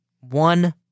One